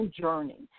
journey